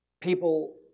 people